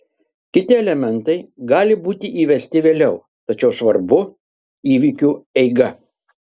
kiti elementai gali būti įvesti vėliau tačiau svarbu įvykių eiga